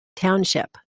township